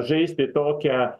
žaisti tokią